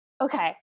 Okay